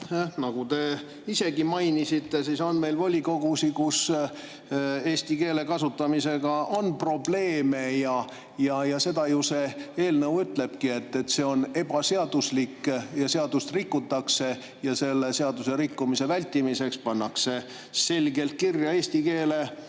Nagu te isegi mainisite, on meil volikogusid, kus eesti keele kasutamisega on probleeme. Seda ju see eelnõu ütleb, et see on ebaseaduslik, seadust rikutakse, ja selle seaduse rikkumise vältimiseks panime selgelt kirja eesti keele